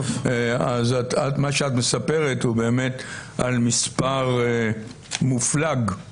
מה שאת מספרת הוא באמת על מספר מופלג.